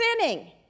sinning